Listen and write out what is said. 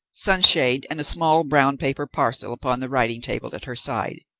sunshade and a small brown-paper parcel upon the writing-table at her side.